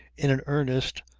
in an earnest,